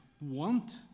want